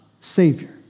Savior